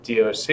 doc